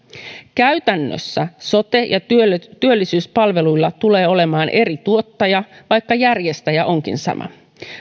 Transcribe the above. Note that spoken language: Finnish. käytännössä sote ja työllisyyspalveluilla tulee olemaan eri tuottaja vaikka järjestäjä onkin sama